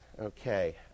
Okay